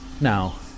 Now